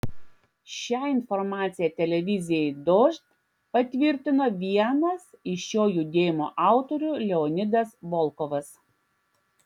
šią informaciją televizijai dožd patvirtino vienas iš šio judėjimo autorių leonidas volkovas